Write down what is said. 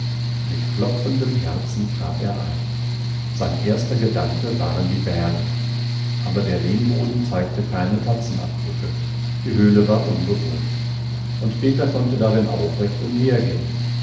mit klopfendem herzen trat er ein sein erster gedanke waren die bären aber der lehmboden zeigte keine tatzenabdrücke die höhle war unbewohnt und peter konnte darin aufrecht umhergehen